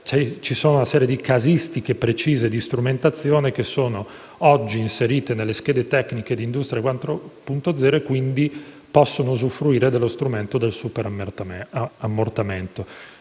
c'è una casistica precisa di strumentazioni che sono inserite nelle schede tecniche del Piano industria 4.0 e quindi possono usufruire dello strumento del superammortamento.